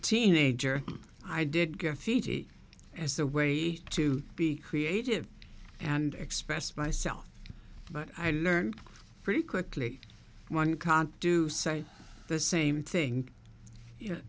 teenager i did get fiji as a way to be creative and express myself but i learned pretty quickly one can't do say the same thing